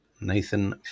Nathan